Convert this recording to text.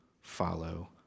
follow